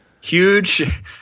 Huge